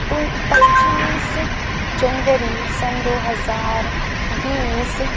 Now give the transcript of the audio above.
پچیس جنوری سن دو ہزار بیس